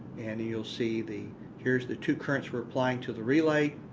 and you'll see the here's the two currents replying to the relay.